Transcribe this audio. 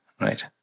Right